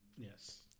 Yes